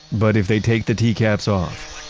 but if they take the tcaps off,